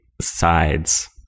sides